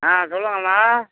ஆ சொல்லுங்கம்மா